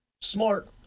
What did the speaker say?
Smart